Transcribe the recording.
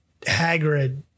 Hagrid